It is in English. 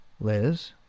Liz